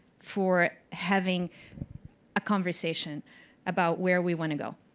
for having a conversation about where we want to go.